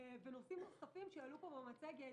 נושאים נוספים שעלו פה במצגת,